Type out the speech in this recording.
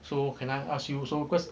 so can I ask you so cause